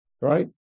right